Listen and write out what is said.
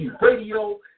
radio